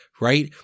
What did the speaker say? right